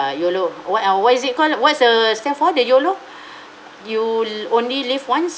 YOLO what ah what is it call what's the stand for the YOLO you only live once